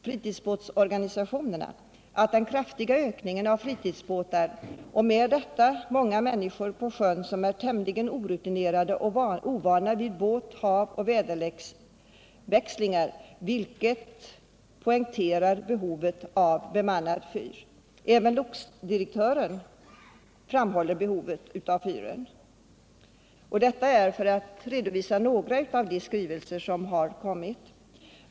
Fritidsbåtsorganisationer påpekar den kraftiga ökningen av antalet fritidsbåtar och säger att många människor är tämligen orutinerade och ovana vid båt och havsoch väderleksväxlingar, vilket poängterar behovet av en bemannad fyr. Även lotsdirektionen framhåller behovet av bemannad fyr. Detta är en redovisning från några av de skrivelser som inkommit.